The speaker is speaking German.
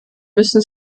müssen